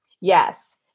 Yes